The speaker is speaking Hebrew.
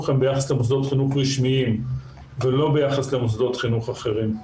הם ביחס למוסדות חינוך רשמיים ולא ביחס למוסדות חינוך אחרים.